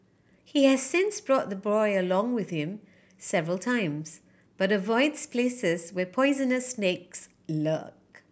he has since brought the boy along with him several times but avoids places where poisonous snakes lurk